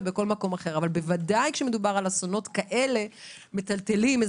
אבל בוודאי כשמדובר באסונות כאלה מזעזעים